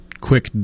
quick